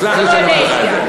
סלח לי שאני אומר לך את זה,